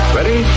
Ready